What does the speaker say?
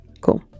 Cool